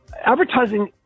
Advertising